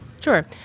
Sure